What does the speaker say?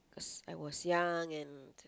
cause I was young and